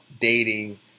dating